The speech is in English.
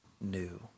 new